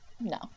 no